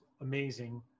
amazing